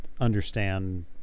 understand